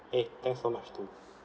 K thanks so much too